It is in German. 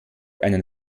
einen